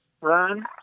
run